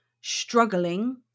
struggling